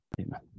Amen